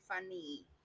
funny